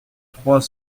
trois